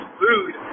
food